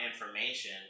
information